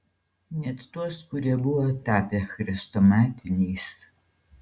net tuos kurie buvo tapę chrestomatiniais